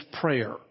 prayer